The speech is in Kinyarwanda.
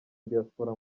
diaspora